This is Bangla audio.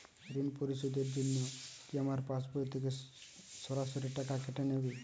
ঋণ পরিশোধের জন্য কি আমার পাশবই থেকে সরাসরি টাকা কেটে নেবে?